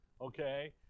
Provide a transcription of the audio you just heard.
Okay